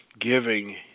giving